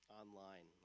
online